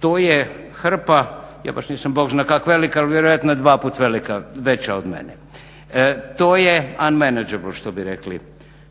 to je hrpa, ja baš nisam Bog zna kak velik ali vjerojatno je dvaput veća od mene. To je …